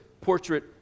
portrait